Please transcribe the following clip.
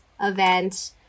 event